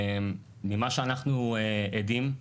ממה שאנחנו עדים,